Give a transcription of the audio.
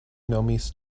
nomis